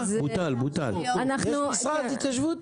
יש משרד התיישבות?